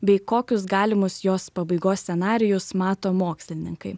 bei kokius galimus jos pabaigos scenarijus mato mokslininkai